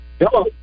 Hello